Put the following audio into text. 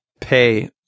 pay